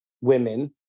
women